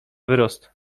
wyrost